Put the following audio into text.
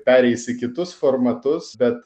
pereis į kitus formatus bet